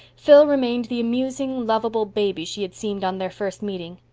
phil remained the amusing, lovable baby she had seemed on their first meeting.